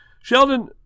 Sheldon